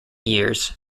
years